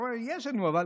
הוא אומר: יש לנו, אבל